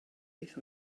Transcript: beth